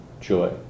joy